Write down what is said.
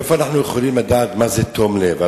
מאיפה אנחנו יכולים לדעת מה זה תום לב?